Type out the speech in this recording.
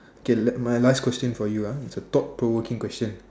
okay let my last question for you ah it's a thought provoking question